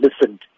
listened